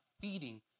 feeding